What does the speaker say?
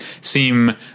seem